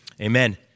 amen